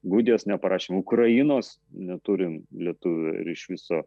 gudijos neparašėm ukrainos neturim lietuvių ir iš viso